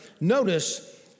Notice